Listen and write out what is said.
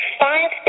five